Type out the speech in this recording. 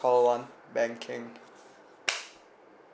call one banking